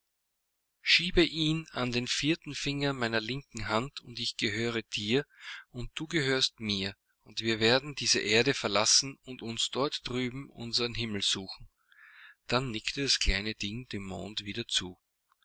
schiebe ihn an den vierten finger meiner linken hand und ich gehöre dir und du gehörst mir und wir werden diese erde verlassen und uns dort drüben unsern himmel suchen dann nickte das kleine ding dem monde wieder zu